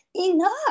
enough